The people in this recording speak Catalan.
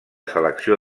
selecció